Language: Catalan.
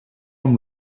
amb